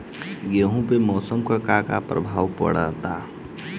गेहूँ पे मौसम का क्या प्रभाव पड़ता है?